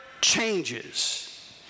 changes